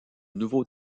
nouveau